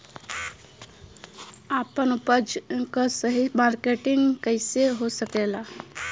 आपन उपज क सही मार्केटिंग कइसे हो सकेला?